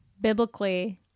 Biblically